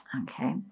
Okay